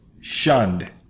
shunned